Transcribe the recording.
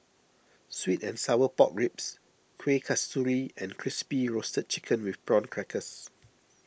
Sweet and Sour Pork Ribs Kueh Kasturi and Crispy Roasted Chicken with Prawn Crackers